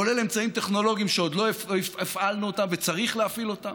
כולל אמצעים טכנולוגיים שעוד לא הפעלנו אותם וצריך להפעיל אותם,